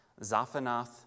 Zaphanath